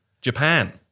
Japan